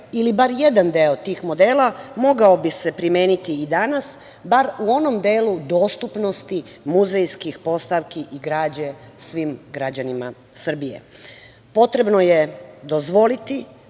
ili bar jedan deo tih modela mogao bi se primeniti i danas bar u onom delu dostupnosti muzejskih postavki i građe svim građanima Srbije. Potrebno je dozvoliti,